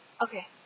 Okay